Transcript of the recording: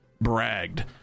bragged